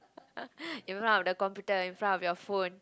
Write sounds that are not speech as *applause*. *laughs* in front of the computer in front of your phone